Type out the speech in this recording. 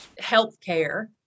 healthcare